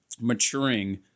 maturing